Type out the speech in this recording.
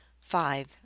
Five